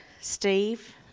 Steve